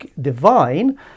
divine